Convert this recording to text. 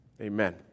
amen